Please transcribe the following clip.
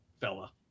fella